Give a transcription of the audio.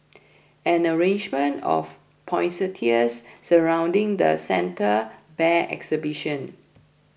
an arrangement of poinsettias surrounding the Santa Bear exhibit